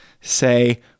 say